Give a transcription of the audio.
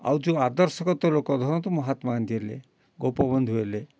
ଆଉ ଯେଉଁ ଆଦର୍ଶଗତ ଲୋକ ଧରନ୍ତୁ ମହାତ୍ମା ଗାନ୍ଧୀ ହେଲେ ଗୋପବନ୍ଧୁ ହେଲେ